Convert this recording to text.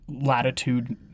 latitude